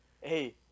Hey